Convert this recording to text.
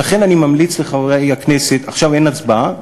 ולכן אני ממליץ לחברי הכנסת, עכשיו אין הצבעה,